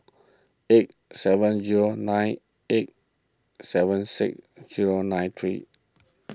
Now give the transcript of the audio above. eight seven zero nine eight seven six zero nine three